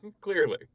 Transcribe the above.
Clearly